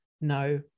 no